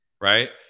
right